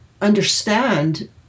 understand